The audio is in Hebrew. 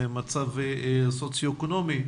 מצב סוציואקונומי,